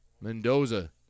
Mendoza